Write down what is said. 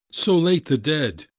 so late, the dead?